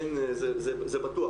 זה בטוח.